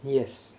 yes